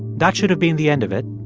that should have been the end of it,